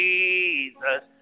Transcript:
Jesus